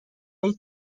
های